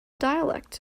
dialect